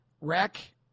wreck